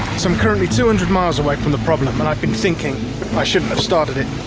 so, i'm currently two hundred miles away from the problem and i've been thinking i shouldn't have started it.